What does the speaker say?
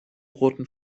roten